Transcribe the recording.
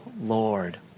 Lord